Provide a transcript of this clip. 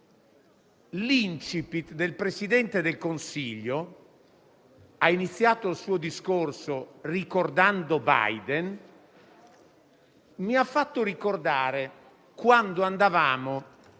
L'*incipit* del Presidente del Consiglio, che ha iniziato il suo discorso citando Biden, mi ha fatto ricordare quando andavamo